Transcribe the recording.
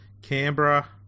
Canberra